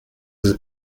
the